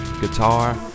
guitar